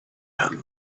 had